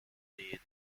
played